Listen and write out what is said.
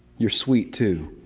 you're sweet too.